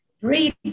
Breathe